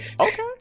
Okay